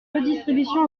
redistribution